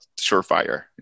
surefire